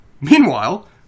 Meanwhile